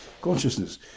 consciousness